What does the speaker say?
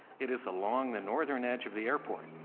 it is along the northern edge of the airport,